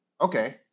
Okay